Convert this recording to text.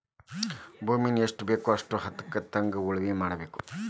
ಭೂಮಿಯನ್ನಾ ಎಷ್ಟಬೇಕೋ ಅಷ್ಟೇ ಹದಕ್ಕ ತಕ್ಕಂಗ ಉಳುಮೆ ಮಾಡಬೇಕ